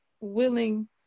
willing